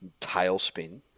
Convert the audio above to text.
Tailspin